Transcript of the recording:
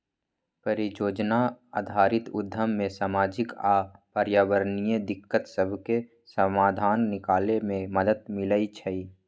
परिजोजना आधारित उद्यम से सामाजिक आऽ पर्यावरणीय दिक्कत सभके समाधान निकले में मदद मिलइ छइ